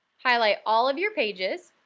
highlight all of your pages,